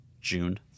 june